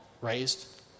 raised